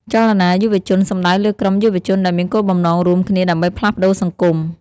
ចលនាយុវជនសំដៅលើក្រុមយុវជនដែលមានគោលបំណងរួមគ្នាដើម្បីផ្លាស់ប្ដូរសង្គម។